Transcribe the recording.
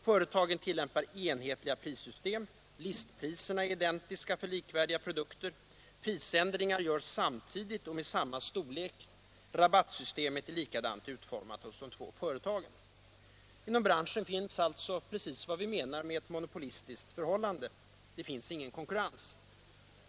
Företagen tillämpar enhetliga prissystem, listpriserna är identiska för likvärdiga produkter, prisändringar görs samtidigt och med samma storlek, rabattsystemet är likadant utformat i de två företagen, osv. Inom branschen råder just vad vi menar med ett monopolistiskt förhållande — det finns alltså ingen konkurrens.